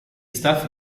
staf